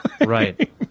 Right